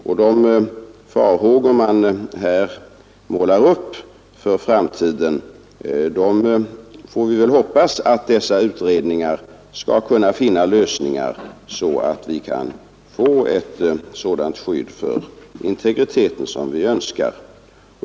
När det gäller de farhågor som här målas upp för framtiden får vi väl hoppas att dessa utredningar skall kunna finna lösningar, så att vi kan få ett sådant skydd för integriteten som vi önskar.